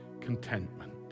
contentment